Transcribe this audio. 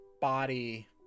body